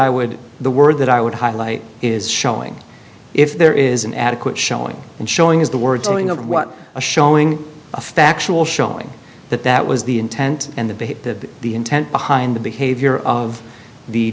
i would the word that i would highlight is showing if there is an adequate showing and showing is the word something of what a showing a factual showing that that was the intent and the the intent behind the behavior of the